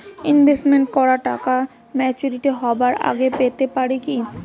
Invest করা টাকা maturity হবার আগেই পেতে পারি কি?